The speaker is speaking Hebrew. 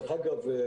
דרך אגב,